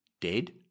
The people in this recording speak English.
Dead